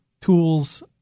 tools